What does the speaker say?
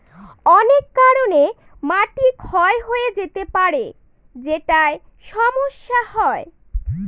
অনেক কারনে মাটি ক্ষয় হয়ে যেতে পারে যেটায় সমস্যা হয়